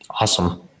Awesome